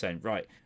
right